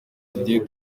didier